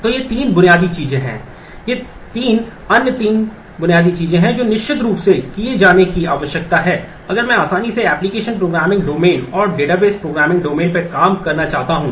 तो ये तीन बुनियादी चीजें हैं ये तीन अन्य तीन बुनियादी चीजें हैं जो निश्चित रूप से किए जाने की आवश्यकता है अगर मैं आसानी से एप्लिकेशन प्रोग्रामिंग डोमेन और डेटाबेस प्रोग्रामिंग डोमेन पर काम करना चाहता हूं